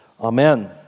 Amen